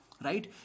Right